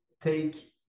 take